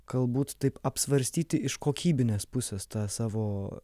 galbūt taip apsvarstyti iš kokybinės pusės tą savo